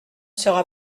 sera